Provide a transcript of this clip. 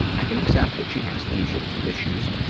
i can accept that she has these issues,